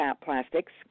plastics